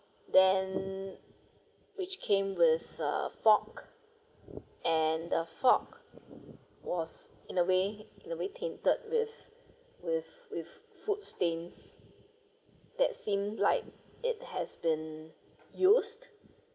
then which came with a fork and the fork was in a way in the way tainted with with with food stains that seemed like it has been used